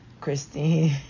Christine